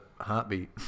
heartbeat